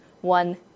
one